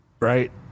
Right